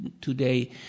today